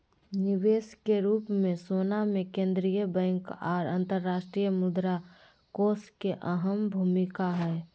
निवेश के रूप मे सोना मे केंद्रीय बैंक आर अंतर्राष्ट्रीय मुद्रा कोष के अहम भूमिका हय